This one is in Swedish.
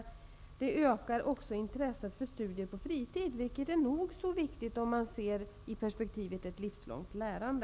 Läxläsning ökar också intresset för studier på fritid, vilket är nog så viktigt om man ser det i perspektivet av ett livslångt lärande.